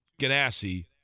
Ganassi